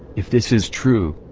if this is true,